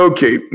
Okay